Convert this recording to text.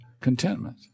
contentment